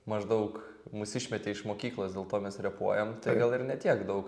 maždaug mus išmetė iš mokyklos dėl to mes repuojam tai gal ir ne tiek daug